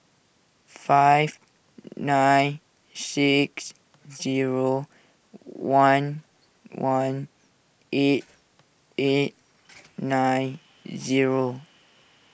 five nine six zero one one eight eight nine zero